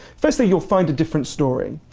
first thing, you'll find a different story.